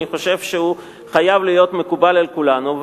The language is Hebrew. אני חושב שהוא חייב להיות מקובל על כולנו,